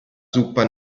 zuppa